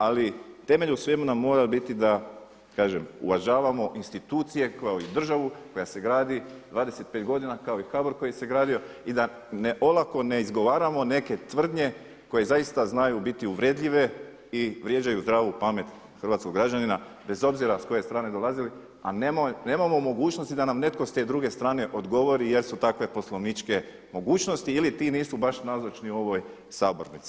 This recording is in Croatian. Ali temelj u svemu nam mora biti da uvažavamo institucije kao i državu koja se gradi 25 godina kao i HBOR koji se gradio i da olako ne izgovaramo neke tvrdnje koje zaista znaju biti uvredljive i vrijeđaju zdravu pamet hrvatskog građanina, bez obzira s koje strane dolazili, a nemamo mogućnosti da nam netko s te druge strane odgovori jel su takve poslovničke mogućnosti ili ti nisu baš nazočni u ovoj sabornici.